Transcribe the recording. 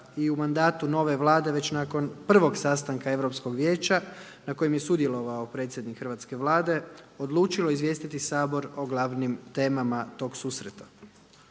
i u mandatu nove Vlade već nakon prvog sastanka Europskog vijeća na kojem je sudjelovao predsjednik hrvatske Vlade odlučilo izvijestiti Sabor o glavnim temama tog susreta.